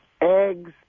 eggs